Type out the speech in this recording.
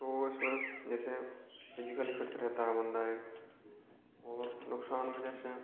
तो इसमें जैसे हम फिजिकिली फिर्थ रहता है बंदा एक और नुकसान में जैसे